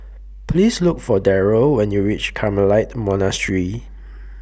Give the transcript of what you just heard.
Please Look For Daryl when YOU REACH Carmelite Monastery